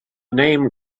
name